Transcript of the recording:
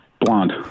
Blonde